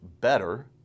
better